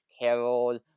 Carol